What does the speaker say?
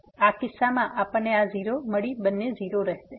તેથી આ કિસ્સામાં આપણને આ 0 મળી બંને 0 છે